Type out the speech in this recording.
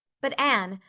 but anne,